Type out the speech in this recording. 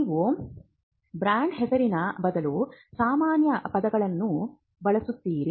ನೀವು ಬ್ರಾಂಡ್ ಹೆಸರಿನ ಬದಲು ಸಾಮಾನ್ಯ ಪದವನ್ನು ಬಳಸುತ್ತೀರಿ